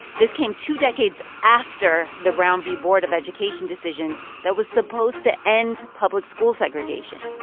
this came two decades after the brown v. board of education decision that was supposed to end public school segregation.